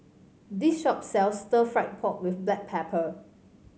this shop sells Stir Fried Pork with Black Pepper